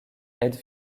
aide